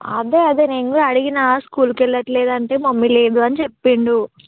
అదే అదే నేను అడిగాను స్కూల్కి వెళ్ళట్లేదంటే మమ్మీ లేదు అని చెప్పాడు